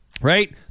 right